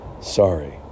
sorry